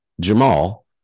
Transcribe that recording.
Jamal